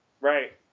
Right